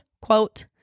quote